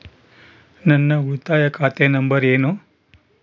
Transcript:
ನನ್ನ ಉಳಿತಾಯ ಖಾತೆ ನಂಬರ್ ಏನು?